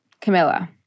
Camilla